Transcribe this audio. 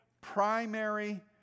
primary